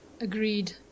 Agreed